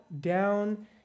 down